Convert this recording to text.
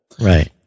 Right